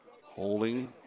holding